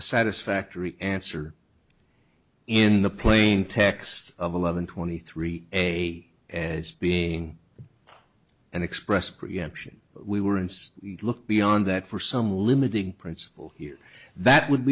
satisfactory answer in the plain text of eleven twenty three a as being and expressed preemption we were insist look beyond that for some limiting principle here that would